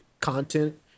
content